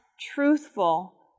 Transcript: truthful